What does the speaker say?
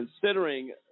considering